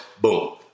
Boom